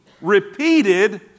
repeated